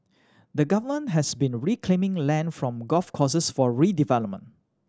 the Government has been reclaiming land from golf courses for redevelopment